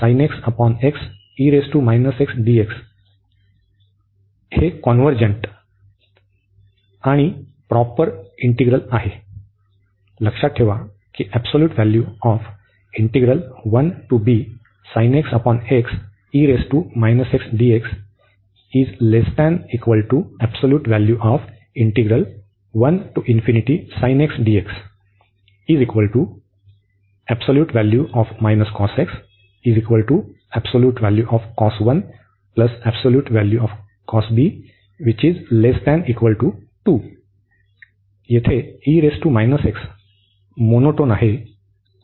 लक्षात ठेवा की मोनोटोन आहे आणि